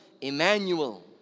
Emmanuel